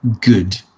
good